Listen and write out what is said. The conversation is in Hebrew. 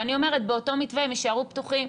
ואני אומרת באותו מתווה הם יישארו פתוחים,